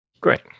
Great